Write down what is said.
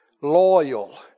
loyal